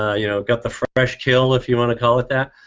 ah you know? got the fresh kill if you wanna call it that.